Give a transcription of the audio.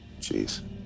Jeez